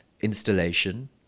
installation